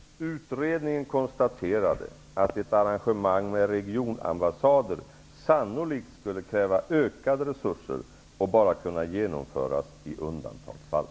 Utredningen konstaterade att ett arrangemang med regionambassader sannolikt skulle kräva ökade resurser och bara kunna genomföras i undantagsfall.